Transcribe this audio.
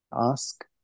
ask